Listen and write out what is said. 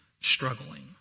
struggling